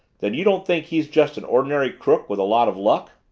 then you don't think he's just an ordinary crook with a lot of luck?